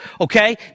Okay